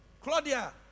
Claudia